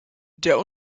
der